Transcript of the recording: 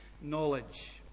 knowledge